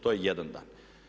To je jedan dan.